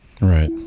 Right